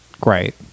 great